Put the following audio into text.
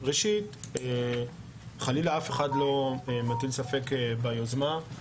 ראשית, חלילה, אף אחד לא מטיל ספק ביוזמה.